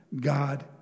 God